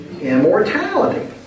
immortality